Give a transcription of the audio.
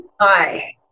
Hi